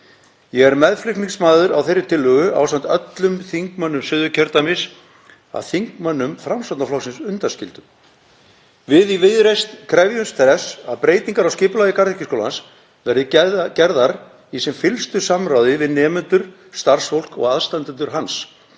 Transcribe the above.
Ég er meðflutningsmaður á þeirri tillögu ásamt öllum þingmönnum Suðurkjördæmis að þingmönnum Framsóknarflokksins undanskildum. Við í Viðreisn krefjumst þess að breytingar á skipulagi garðyrkjuskólans verði gerðar í sem fyllstu samráði við nemendur, starfsfólk og aðstandendur hans.